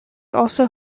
also